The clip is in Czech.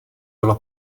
byla